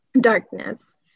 darkness